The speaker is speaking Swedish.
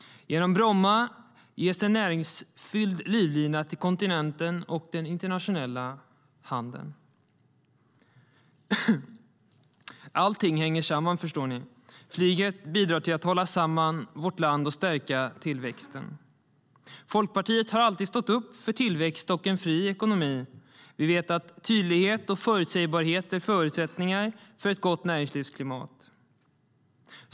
Genom Bromma ges en näringsfylld livlina till kontinenten och den internationella handeln. Allting hänger samman, förstår ni. Flyget bidrar till att hålla samman vårt land och stärka tillväxten. Folkpartiet har alltid stått upp för tillväxt och en fri ekonomi. Vi vet att tydlighet och förutsägbarhet är förutsättningar för ett gott näringslivsklimat.